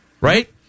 Right